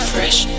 Fresh